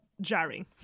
jarring